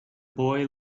boy